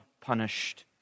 punished